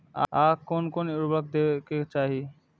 आर कोन कोन उर्वरक दै के चाही?